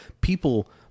People